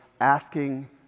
asking